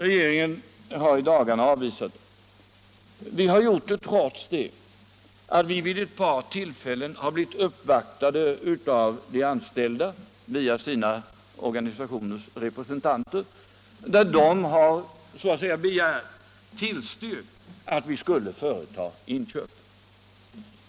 Regeringen har i dagarna avvisat förslaget trots att representanter för de anställdas organisationer vid ett par tillfällen uppvaktat regeringen och tillstyrkt inköp av företaget.